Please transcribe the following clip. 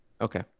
Okay